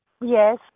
Yes